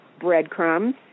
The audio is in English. breadcrumbs